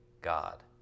God